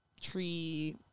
tree